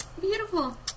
Beautiful